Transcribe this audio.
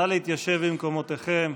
נא להתיישב במקומותיכם.